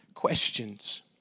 Questions